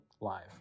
Live